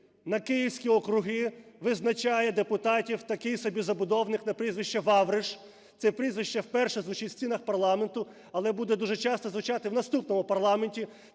На київські округи визначає депутатів такий собі забудовник на прізвище Вавриш. Це прізвище вперше звучить в стінах парламенту, але буде дуже часто звучати в наступному парламенті,